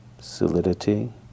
solidity